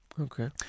Okay